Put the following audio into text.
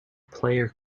player